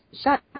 Shut